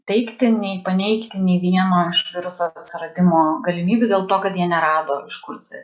teigti nei paneigti nei vieno iš viruso atsiradimo galimybių dėl to kad jie nerado iš kur jisai